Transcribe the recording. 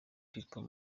people